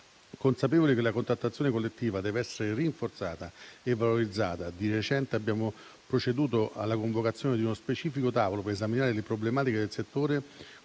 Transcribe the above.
Consapevoli che la contrattazione collettiva deve essere rinforzata e valorizzata, di recente abbiamo proceduto alla convocazione di uno specifico tavolo per esaminare le problematiche del settore